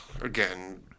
again